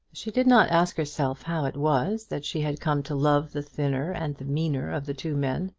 she did not ask herself how it was that she had come to love the thinner and the meaner of the two men,